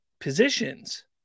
positions